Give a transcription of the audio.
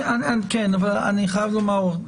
אני חייב לומר,